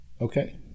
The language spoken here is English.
Okay